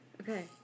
Okay